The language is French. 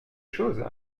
chose